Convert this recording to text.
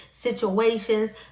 situations